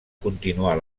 continuar